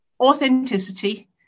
authenticity